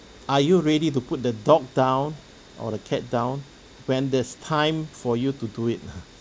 are you ready to put the dog down or the cat down when there's time for you to do it lah